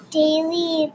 daily